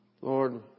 Lord